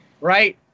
right